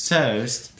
toast